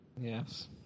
Yes